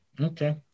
Okay